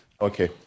Okay